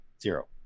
zero